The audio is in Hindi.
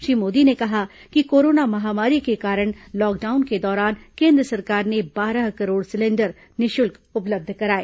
श्री मोदी ने कहा कि कोरोना महामारी के कारण लॉकडाउन के दौरान केन्द्र सरकार ने बारह करोड़ सिलेंडर निःशुल्क उपलब्ध कराए